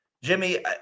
Jimmy